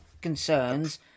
concerns